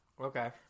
Okay